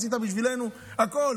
עשית בשבילנו הכול.